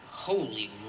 Holy